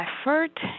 effort